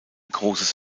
großes